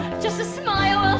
just a smile ah